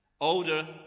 Older